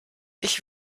ich